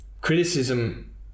criticism